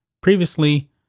Previously